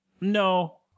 No